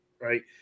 right